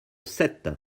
sept